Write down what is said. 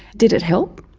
did it help?